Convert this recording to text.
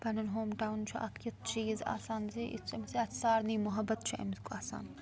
پَنُن home town چھُ اَکھ یُتھ چیٖز آسان زِ یُس أمِس یَتھ سارنٕے محبت چھُ اَمیٛک آسان